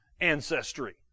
ancestry